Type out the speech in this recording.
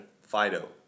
Fido